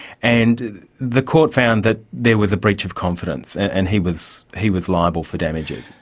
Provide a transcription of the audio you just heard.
and the court found that there was a breach of confidence, and and he was he was liable for damages.